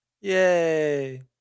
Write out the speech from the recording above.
Yay